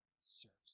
serves